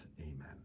Amen